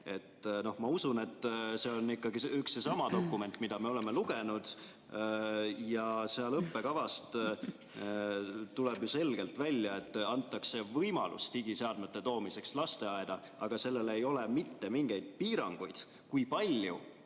Ma usun, et see on ikkagi üks ja sama dokument, mida me oleme lugenud. Sellest õppekavast tuleb ju selgelt välja, et antakse võimalus digiseadmete toomiseks lasteaeda, aga sellele ei ole mitte mingeid piiranguid, kui palju